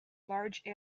large